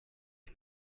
you